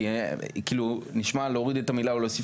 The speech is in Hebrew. כי כאילו נשמע להוריד את המילה או להוסיף